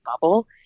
bubble